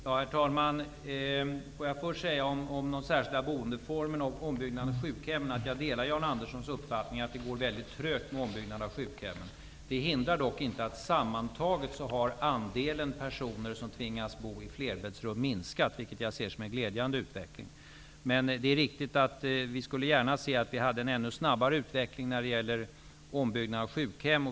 Herr talman! När det gäller de särskilda boendeformerna och ombyggnaden av sjukhemmen delar jag Jan Anderssons uppfattning att det går mycket trögt med ombyggnaden av sjukhemmen. Det hindrar dock inte att andelen personer som tvingas bo i flerbäddsrum sammantaget har minskat, vilket jag ser som en glädjande utveckling. Det är riktigt att vi gärna skulle se att vi hade en ännu snabbare utveckling när det gäller ombyggnaden av sjukhem.